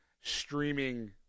streaming